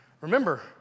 Remember